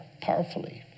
powerfully